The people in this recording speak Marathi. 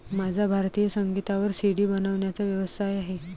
माझा भारतीय संगीतावर सी.डी बनवण्याचा व्यवसाय आहे